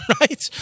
right